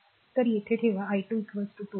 तर येथे ठेवा i2 2 i 3